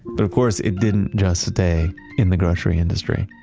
but of course, it didn't just stay in the grocery industry.